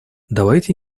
давайте